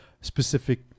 specific